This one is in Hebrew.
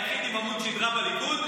היחיד עם עמוד שדרה בליכוד,